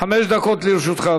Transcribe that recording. חמש דקות לרשותך,